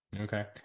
Okay